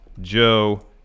Joe